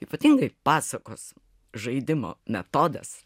ypatingai pasakos žaidimo metodas